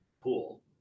pool